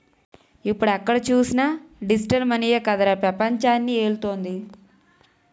ఇప్పుడు ఎక్కడ చూసినా డిజిటల్ మనీయే కదరా పెపంచాన్ని ఏలుతోంది